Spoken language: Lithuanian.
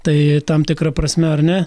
tai tam tikra prasme ar ne